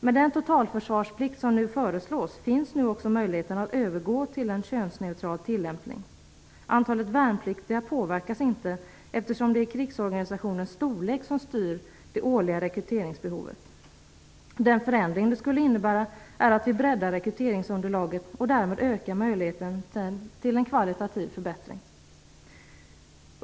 Med den totalförsvarsplikt som nu föreslås finns också möjligheten att övergå till en könsneutral tilllämpning. Antalet värnpliktiga påverkas inte eftersom det är krigsorganisationens storlek som styr det årliga rekryteringsbehovet. Den förändring det skulle innebära är att vi breddar rekryteringsunderlaget och därmed ökar möjligheten till kvalitativa förbättringar.